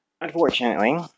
Unfortunately